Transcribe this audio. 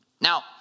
Now